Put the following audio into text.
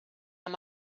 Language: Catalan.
amb